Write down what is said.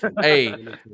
hey